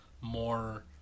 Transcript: more